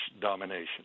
domination